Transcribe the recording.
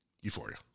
Euphoria